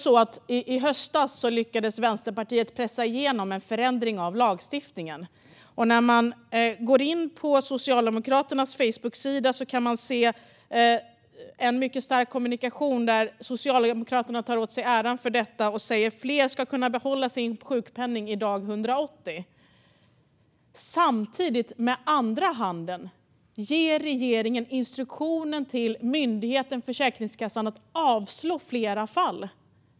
I höstas lyckades Vänsterpartiet pressa igenom en förändring av lagstiftningen. Om man går in på Socialdemokraternas Facebooksida kan man se att Socialdemokraterna tar åt sig äran för detta och säger att fler ska kunna behålla sin sjukpenning efter dag 180. Samtidigt ger regeringen med andra handen instruktioner till myndigheten Försäkringskassan att avslå fler ansökningar.